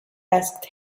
asked